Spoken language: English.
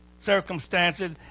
circumstances